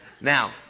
Now